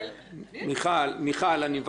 מיכל, אני מבקש.